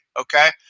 okay